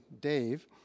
Dave